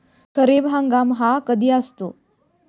खरीप हंगाम हा कधी असतो?